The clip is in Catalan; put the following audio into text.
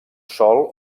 sol